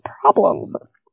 problems